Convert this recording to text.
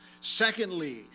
Secondly